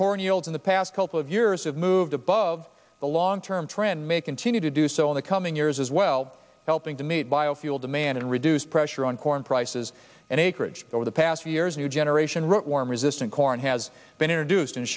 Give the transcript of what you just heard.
olds in the past couple of years have moved above the long term trend may continue to do so in the coming years as well helping to meet biofuel demand and reduce pressure on corn prices and acreage over the past few years a new generation wrote warm resistant corn has been introduced and